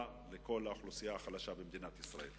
לכל האוכלוסייה החלשה במדינת ישראל.